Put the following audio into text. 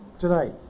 tonight